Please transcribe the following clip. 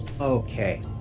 okay